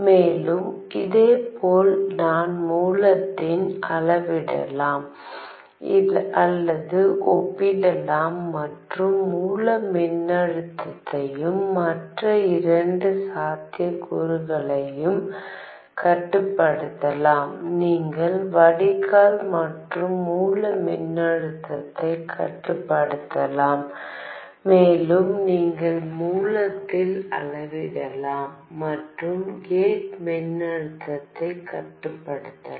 மேலும் இதேபோல் நான் மூலத்தில் அளவிடலாம் அல்லது ஒப்பிடலாம் மற்றும் மூல மின்னழுத்தத்தையும் மற்ற இரண்டு சாத்தியக்கூறுகளையும் கட்டுப்படுத்தலாம் நீங்கள் வடிகால் மற்றும் மூல மின்னழுத்தத்தைக் கட்டுப்படுத்தலாம் மேலும் நீங்கள் மூலத்தில் அளவிடலாம் மற்றும் கேட் மின்னழுத்தத்தைக் கட்டுப்படுத்தலாம்